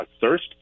thirst